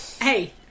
hey